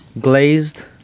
Glazed